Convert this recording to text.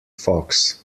fox